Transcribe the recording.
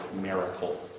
miracle